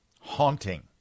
Haunting